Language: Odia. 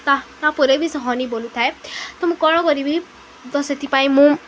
ତା ତାପରେ ବି ସେ ହଁ ନି ବୋଲୁଥାଏ ତ ମୁଁ କ'ଣ କରିବି ତ ସେଥିପାଇଁ ମୁଁ